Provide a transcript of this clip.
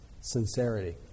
sincerity